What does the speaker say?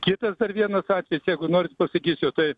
kitas dar vienas atvejis jeigu norit pasakysiu tai